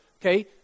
Okay